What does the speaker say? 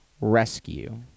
rescue